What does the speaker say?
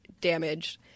damaged